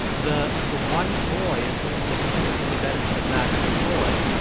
the the white boy is going to do significantly better than the black boy.